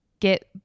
get